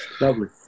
Lovely